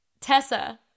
Tessa